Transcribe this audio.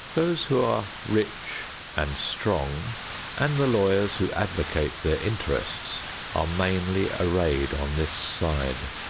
those who are rich and strong and the lawyers who advocate their interests are mainly arrayed on this side.